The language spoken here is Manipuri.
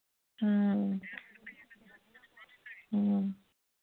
ꯎꯝ ꯎꯝ